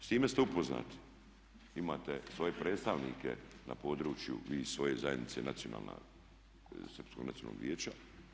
S time ste upoznati, imate svoje predstavnike na području vi svoje zajednice Srpskog nacionalnog vijeća.